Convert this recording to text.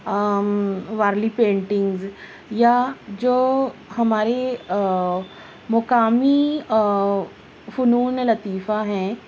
Warli paintings یا جو ہماری مقامی فنونِ لطیفہ ہیں